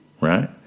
Right